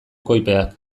koipeak